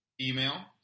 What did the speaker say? Email